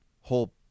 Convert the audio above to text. whole